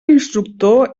instructor